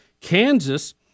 Kansas